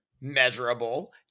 measurable